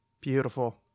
Beautiful